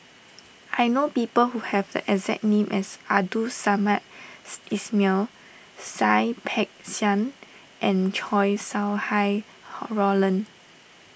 I know people who have the exact name as Abdul Samad Ismail Seah Peck Seah and Chow Sau Hai Roland